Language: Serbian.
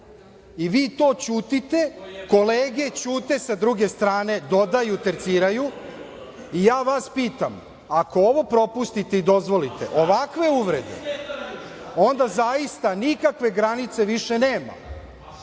I vi to ćutite, kolege ćute sa druge strane, dodaju, terciraju i vas pitam, ako ovo propustite i dozvolite ovakve uvrede, onda zaista nikakve granice više nema.